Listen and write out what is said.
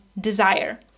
desire